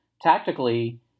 Tactically